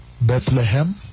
Bethlehem